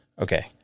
Okay